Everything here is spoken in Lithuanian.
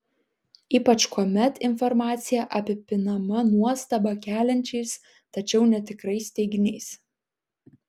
ypač kuomet informacija apipinama nuostabą keliančiais tačiau netikrais teiginiais